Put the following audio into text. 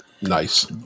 Nice